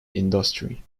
industry